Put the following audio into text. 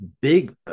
big